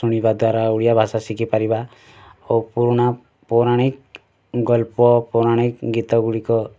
ଶୁଣିବା ଦ୍ଵାରା ଓଡ଼ିଆ ଭାଷା ଶିଖି ପାରିବା ଆଉ ପୁରୁଣା ପୌରାଣିକ ଗଳ୍ପ ପୌରାଣିକ ଗୀତଗୁଡ଼ିକ